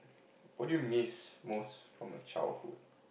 what do you miss most from your childhood